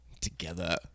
Together